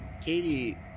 Katie